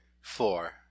four